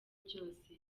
byose